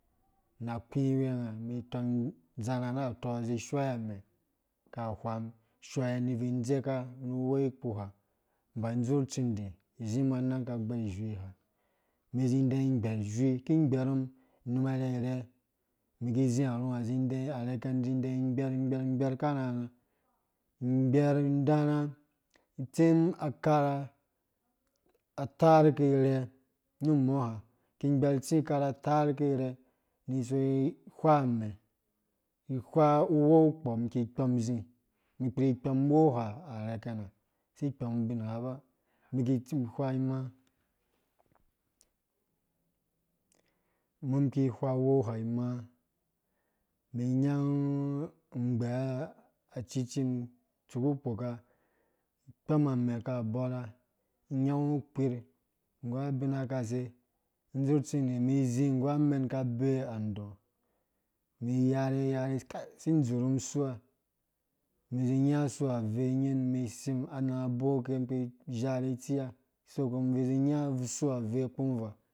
Na kpi wengã mĩ tɔng izɛrhã na tɔĩzĩ shɔi amɛɛ ka hwam shɔi nivi dzekam nu hwe kpuha mba dzurh utsĩndĩ zĩm nanãng ka gbɛrh izui ha mĩ zĩ dɛ ĩgbɛrh izui ki gberh inuma irhɛirhɛ mĩ kĩ zĩ arhũ hã zĩ dɛ arhɛkɛ zĩ dɛ gbɛrh gbɛrh gbɛrh aka rhãrhã mĩ gbɛrh ĩndãrhã itsĩm akarha atarr aki rɛ mĩ kĩ gbɛrhitsĩ akarha tarr aki rɛ nĩ so ihwa amɛɛ ihwa uwu nu kpɔ mĩ ki kpɔm izĩ mĩ kpiri kpɔm wou ha arhɛkɛ nã si kpɔm ubin gha ba mĩkĩ tsĩ ighwa ĩmãã mum ki hwa uwɔu ha arhɛkɛ nã si kpɔm ubin gha ba mĩkĩ tsĩ ighwa ĩmãã mum ki hwa uwɔu ha imãã mĩ nyãngũ ngbei acucci mum tsuku kpɔka kpɔm amɛɛ ka bɔrha ĩnyãngũ kpir nggu abin akase dzurh tsindĩ mĩ zĩ nggu amɛn ka bei andɔɔ mĩ yarhe yarhe